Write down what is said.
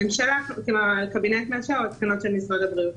הממשלה, תקנות של משרד הבריאות.